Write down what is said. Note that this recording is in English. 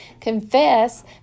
confess